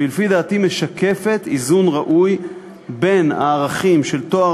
ולפי דעתי היא משקפת איזון ראוי בין הערכים של טוהר